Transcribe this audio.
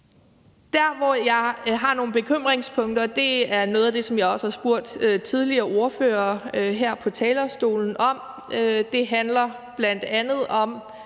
Det, jeg har nogle bekymringspunkter om, er noget af det, som jeg også har spurgt nogle af de forrige ordførere her på talerstolen om, og det handler bl.a. om,